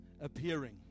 appearing